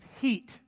heat